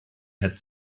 had